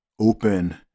open